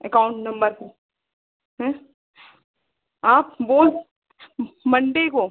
account number पर आप बोल मंडे को